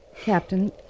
Captain